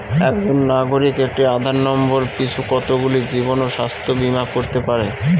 একজন নাগরিক একটি আধার নম্বর পিছু কতগুলি জীবন ও স্বাস্থ্য বীমা করতে পারে?